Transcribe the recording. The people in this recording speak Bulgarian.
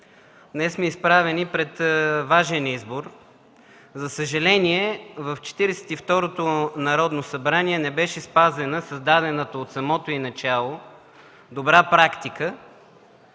Днес сме изправени пред важен избор. За съжаление, в Четиридесет и второто Народно събрание не беше спазена създадената от самото й начало добра практика